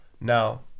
Now